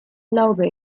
glaube